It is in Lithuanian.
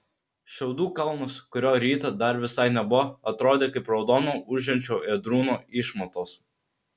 šiaudų kalnas kurio rytą dar visai nebuvo atrodė kaip raudono ūžiančio ėdrūno išmatos